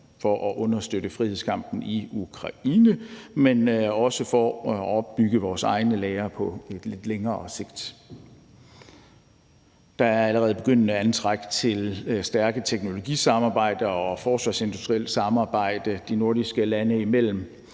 for at understøtte frihedskampen i Ukraine, men også for at opbygge vores egne lagre på længere sigt. Der er allerede begyndende antræk til stærke teknologisamarbejder og forsvarsindustrielt samarbejde de nordiske lande imellem,